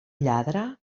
lladre